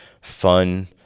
fun